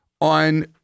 on